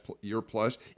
year-plus